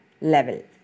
level